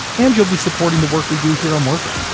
and you'll be supporting the work we do here on working.